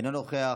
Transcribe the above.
אינו נוכח.